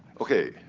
ok.